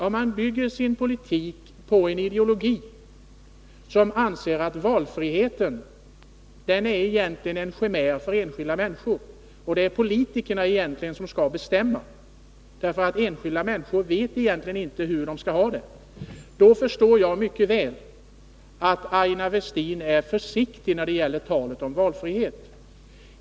Om man bygger sin politik på en ideologi som går ut på att valfriheten egentligen är en chimär för enskilda människor och att det egentligen är politikerna som skall bestämma därför att de enskilda människorna inte vet hur de skall ha det, då förstår jag mycket väl att Aina Westin är försiktig när det gäller talet om valfrihet.